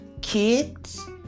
kids